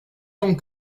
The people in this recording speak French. tant